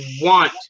want